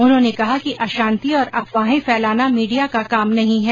उन्होंने कहा कि अशांति और अफवाहें फैलाना मीडिया का काम नहीं है